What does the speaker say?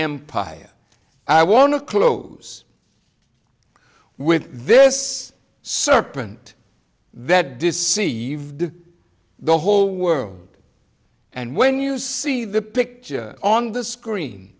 empire i want to close with this serpent that deceived the whole world and when you see the picture on the screen